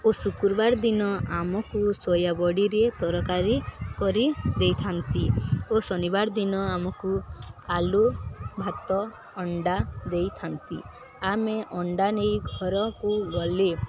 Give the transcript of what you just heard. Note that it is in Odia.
ଓ ଶୁକ୍ରବାର ଦିନ ଆମକୁ ସୋୟାବଡ଼ିରେ ତରକାରୀ କରି ଦେଇଥାନ୍ତି ଓ ଶନିବାର ଦିନ ଆମକୁ ଆଳୁ ଭାତ ଅଣ୍ଡା ଦେଇଥାନ୍ତି ଆମେ ଅଣ୍ଡା ନେଇ ଘରକୁ ଗଲେ